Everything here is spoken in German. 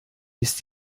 ist